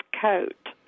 coat